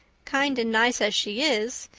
kind and nice as she is,